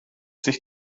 sich